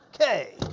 okay